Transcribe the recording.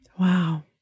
Wow